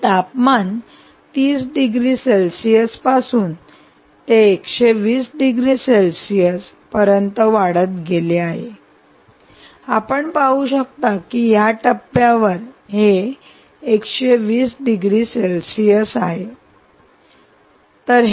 आणि तापमान 30 degree Celsius पासून ते 120 डिग्री सेल्सिअस पर्यंत वाढले गेले आहे आपण पाहू शकता की या टप्प्यावर हे 120 डिग्री सेल्सिअस आहे